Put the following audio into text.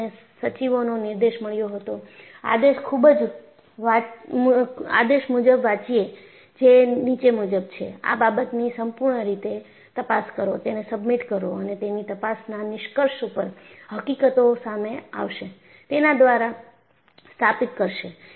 બોર્ડને સચિવોનો નિર્દેશ મળ્યો હતો આદેશ મુજબ વાંચીએ જે નીચે મુજબ છે આ બાબતની સંપૂર્ણ રીતે તપાસ કરો તેને સબમિટ કરો અને તેની તપાસના નિષ્કર્ષ ઉપર હકીકતો સામે આવશે તેના દ્વારા સ્થાપિત કરશે